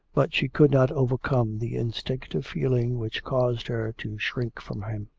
but she could not overcome the instinctive feeling which caused her to shrink from him.